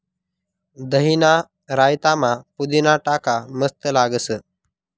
दहीना रायतामा पुदीना टाका मस्त लागस